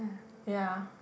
ya